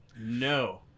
No